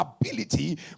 ability